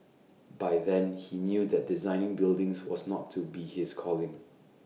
by then he knew that designing buildings was not to be his calling